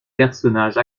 personnages